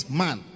man